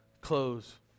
close